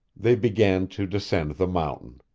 they began to descend the mountain.